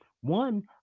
One